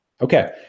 Okay